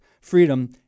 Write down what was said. freedom